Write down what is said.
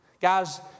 Guys